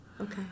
Okay